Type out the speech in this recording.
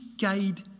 guide